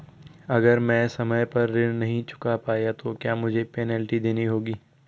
अगर मैं समय पर ऋण नहीं चुका पाया तो क्या मुझे पेनल्टी देनी होगी?